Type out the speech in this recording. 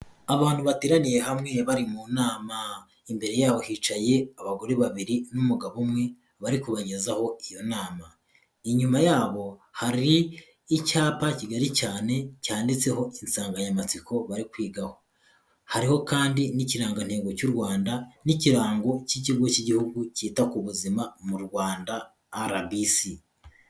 Abantu bateraniye hamwe bari mu nama, imbere yabo hicaye abagore babiri n'umugabo umwe bari kubagezaho iyo nama. Inyuma yabo hari icyapa kigali cyane cyanditseho insanganyamatsiko bari kwigaho. Hariho kandi n'Ikirangantego cy'u Rwanda n'Ikirango cy'Ikigo cy'Igihugu cyita ku Buzima mu Rwanda RBC.